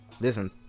listen